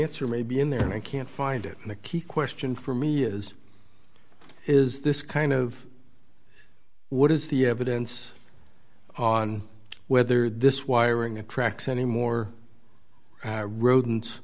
answer may be in there and i can't find it in the key question for me is is this kind of what is the evidence on whether this wiring attracts any more rodents